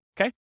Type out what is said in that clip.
Okay